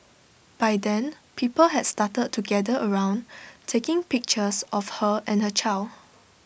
by then people had started to gather around taking pictures of her and her child